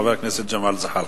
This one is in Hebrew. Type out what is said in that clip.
חבר הכנסת ג'מאל זחאלקה.